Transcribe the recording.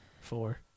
Four